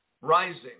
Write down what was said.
rising